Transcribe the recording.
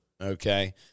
Okay